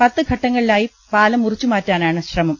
പത്ത് ഘട്ടങ്ങളിലായി പാലം മുറിച്ചുമാറ്റാനാണ് ശ്രമം